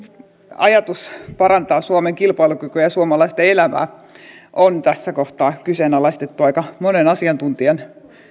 ajatus parantaa suomen kilpailukykyä ja suomalaisten elämää on tässä kohtaa kyseenalaistettu aika monen asiantuntijan